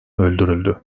öldürüldü